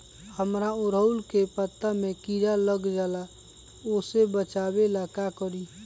हमरा ओरहुल के पत्ता में किरा लग जाला वो से बचाबे ला का करी?